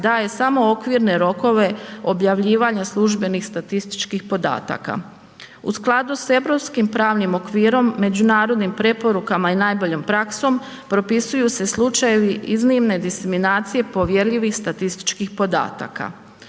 daje samo okvirne rokove objavljivanja službenih statističkih podataka. U skladu s europskim pravnim okvirom međunarodnim preporukama i najboljom praksom propisuju se slučajevi iznimne diseminacije povjerljivim statističkih podataka.